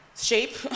shape